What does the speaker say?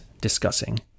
discussing